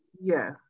Yes